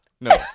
no